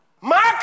Mark